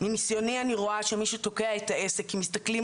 מנסיוני אני רואה שמי שתוקע את העסק ומסתכלים